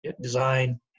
design